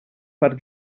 far